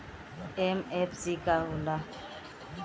MFC का हो़ला?